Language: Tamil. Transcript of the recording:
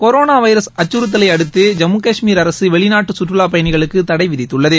கொரோனா வைரஸ் அச்சுறுத்தலை அடுத்து ஐம்மு கஷ்மீர் அரசு வெளிநாட்டு சுற்றுலாப் பயணிகளுக்கு தடை விதித்துள்ளது